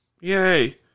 yay